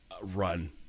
run